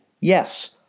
yes